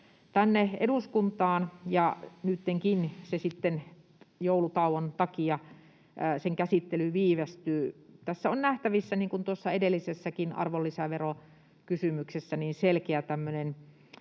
tänne eduskuntaan, ja nytkin sitten joulutauon takia sen käsittely viivästyy. Tässä on nähtävissä, niin kuin tuossa edellisessäkin arvonlisäverokysymyksessä, tämmöinen